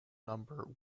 number